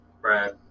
Brad